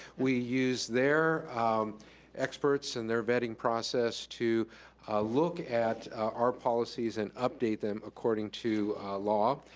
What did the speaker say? we use their experts and their vetting process to look at our policies and update them according to law.